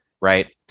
Right